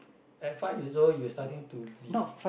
at five years old you starting to be